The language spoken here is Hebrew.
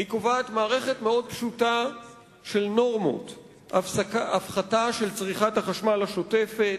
היא קובעת מערכת מאוד פשוטה של נורמות: הפחתה של צריכת החשמל השוטפת,